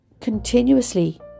continuously